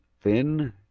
thin